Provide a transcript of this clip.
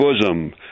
bosom